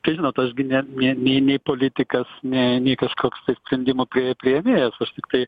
tai žinot aš gi ne nė nei nei politikas nė nei kažoks tai sprendimų pri priemėjas aš tiktai